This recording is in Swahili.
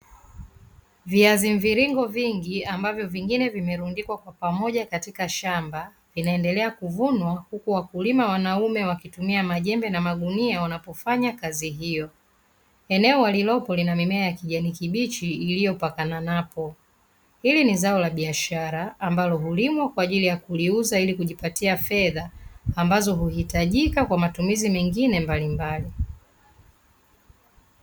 Viazi mviringo vingi ambavyo vingine vimerundikwa kwa pamoja katika shamba, vinaendelea kuvunwa huku wakulima wanaume wakitumia majembe na magunia wanapofanya kazi hiyo. Eneo walilopo lina mimea ya kijani kibichi iliyopakana napo. Hili ni zao la biashara ambalo hulimwa kwa ajili ya kuliuza ili kujipatia fedha, ambazo huhitajika kwa matumizi mengine mbalimbali.